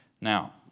Now